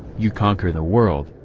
you conquer the world,